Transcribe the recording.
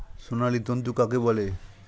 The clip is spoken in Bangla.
সোনালী তন্তু কাকে বলে?